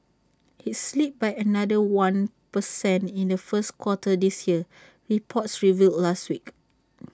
IT slipped by another one per cent in the first quarter this year reports revealed last week